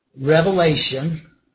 revelation